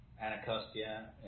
Anacostia